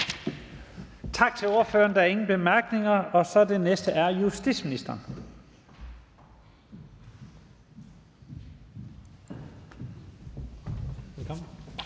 Tak til ordføreren. Der er ingen korte bemærkninger, og så er den næste justitsministeren. Velkommen.